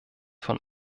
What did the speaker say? von